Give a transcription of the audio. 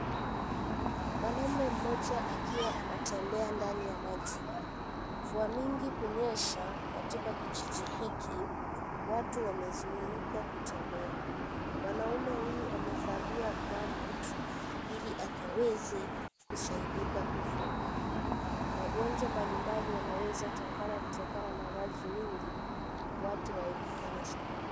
Mwanaume mmoja akiwa anatembea ndani ya maji. Mvua mingi kunyesha katika kijiji hiki, watu wamezuika kutembea. Mwanaume huyu amevalia gumboots Ili akaweze kusaidika kuvuka. Magonjwa mbalimbali yanaweza toka kutokana na maji mingi, watu waepukane zaidi.